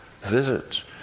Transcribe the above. visits